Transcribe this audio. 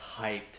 hyped